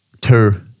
Two